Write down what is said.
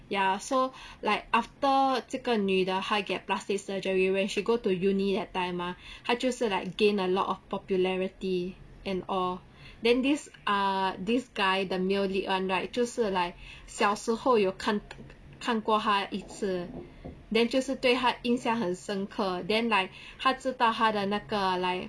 ya so like after 这个女的她 get plastic surgery when she go to uni that time ah 她就是 like gain a lot of popularity and all then this ah this guy the male lead [one] right 就是 like 小时候有看看过她一次 then 就是对她印象很深刻 then like 他知道她的那个 like